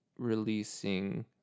releasing